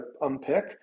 unpick